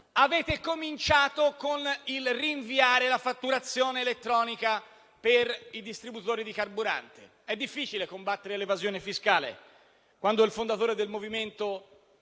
Avete cominciato con il rinviare la fatturazione elettronica per i distributori di carburante: è difficile combattere l'evasione fiscale quando il fondatore del Movimento